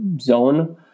zone